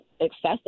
excessive